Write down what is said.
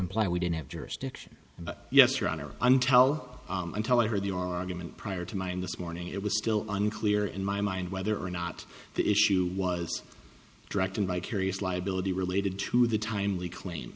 imply we didn't have jurisdiction but yes your honor untel until i heard the argument prior to my end this morning it was still unclear in my mind whether or not the issue was direct and vicarious liability related to the timely claim